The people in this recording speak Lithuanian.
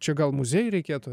čia gal muziejui reikėtų